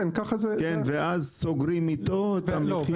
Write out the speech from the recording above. ואז סוגרים איתו את המחיר?